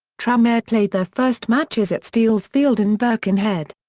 tranmere played their first matches at steeles field in birkenhead.